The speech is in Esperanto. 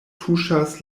tuŝas